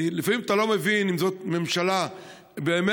לפעמים אתה לא מבין אם זאת ממשלה באמת